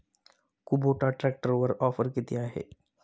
Kubota ट्रॅक्टरवर offer किती आहे?